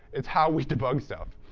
it's how we debug stuff.